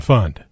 Fund